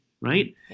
right